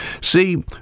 See